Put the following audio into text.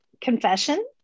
Confession